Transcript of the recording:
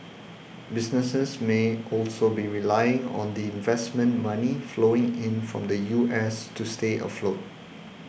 businesses may also be relying on the investment money flowing in from the U S to stay afloat